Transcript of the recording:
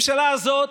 בממשלה הזאת,